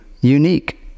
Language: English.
unique